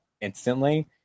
instantly